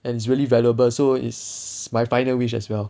and it's really valuable so is my final wish as well